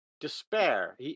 despair